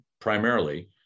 primarily